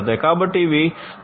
కాబట్టి ఇవి పరిశ్రమ 4